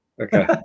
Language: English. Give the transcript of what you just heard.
Okay